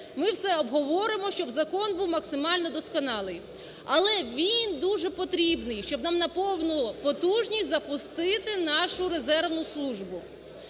ми все обговоримо, щоб закон був максимально досконалий. Але він дуже потрібний, щоб нам на повну потужність запустити нашу резервну службу.